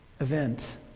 event